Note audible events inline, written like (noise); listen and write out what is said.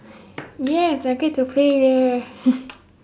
yes I get to play there (laughs)